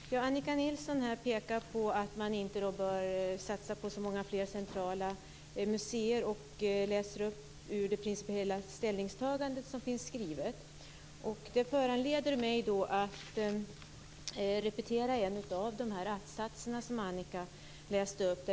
Fru talman! Annika Nilsson pekar på att man inte bör satsa på så många fler centrala museer. Hon läser upp ur det principiella ställningstagande som finns skrivet. Det föranleder mig att repetera en av de attsatser som Annika läste upp.